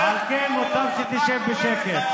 על כן, מוטב שתשב בשקט.